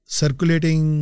circulating